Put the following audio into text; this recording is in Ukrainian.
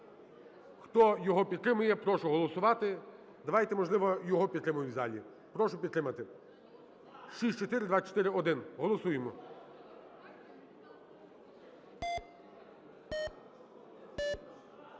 Хто його підтримує, прошу голосувати. Давайте, можливо, його підтримаємо в залі. Прошу підтримати 6424-1. Голосуємо.